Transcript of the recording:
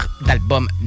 d'album